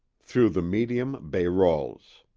through the medium bayrolles